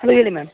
hello ಹೇಳಿ ma'am